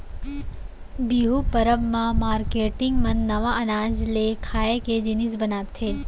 बिहू परब म मारकेटिंग मन नवा अनाज ले खाए के जिनिस बनाथे